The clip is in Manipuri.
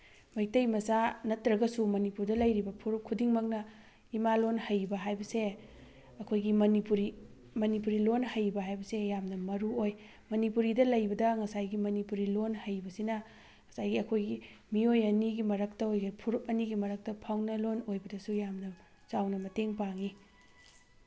ꯃꯩꯇꯩ ꯃꯆꯥ ꯅꯠꯇ꯭ꯔꯒꯁꯨ ꯃꯅꯤꯄꯨꯔꯗ ꯂꯩꯔꯤꯕ ꯐꯨꯔꯨꯞ ꯈꯨꯗꯤꯡꯃꯛꯅ ꯏꯃꯥꯂꯣꯜ ꯍꯩꯕ ꯍꯥꯏꯕꯁꯦ ꯑꯩꯈꯣꯏꯒꯤ ꯃꯅꯤꯄꯨꯔꯤ ꯂꯣꯜ ꯍꯩꯕ ꯍꯥꯏꯕꯁꯦ ꯌꯥꯝꯅ ꯃꯔꯨꯑꯣꯏ ꯃꯅꯤꯄꯨꯔꯤꯗ ꯂꯩꯕꯗ ꯉꯁꯥꯏꯒꯤ ꯃꯅꯤꯄꯨꯔꯤ ꯂꯣꯜ ꯍꯩꯕꯁꯤꯅ ꯉꯁꯥꯏꯒꯤ ꯑꯩꯈꯣꯏꯒꯤ ꯃꯤꯑꯣꯏ ꯑꯅꯤꯒꯤ ꯃꯔꯛꯇ ꯑꯣꯏꯒꯦ ꯐꯨꯔꯨꯞ ꯑꯅꯤꯒꯤ ꯃꯔꯛꯇ ꯐꯥꯎꯅ ꯂꯣꯜ ꯑꯣꯏꯕꯗꯁꯨ ꯌꯥꯝꯅ ꯆꯥꯎꯅ ꯃꯇꯦꯡ ꯄꯥꯡꯉꯤ